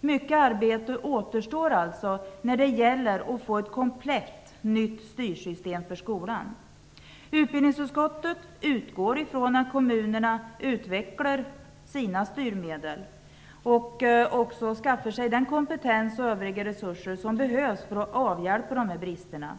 Mycket arbete återstår alltså när det gäller att få ett komplett nytt styrsystem för skolan. Utbildningsutskottet utgår från att kommunerna utvecklar sina styrsystem och skaffar sig den kompetens och de övriga resurser som behövs för att avhjälpa dessa brister.